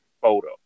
photo